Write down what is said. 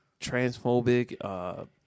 transphobic